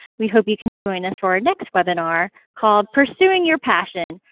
we hope you can join us for our next webinar called pursuing your passion,